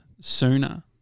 sooner